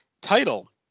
title